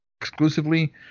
exclusively